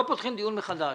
לא פותחים דיון מחדש.